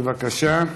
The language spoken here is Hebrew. בבקשה.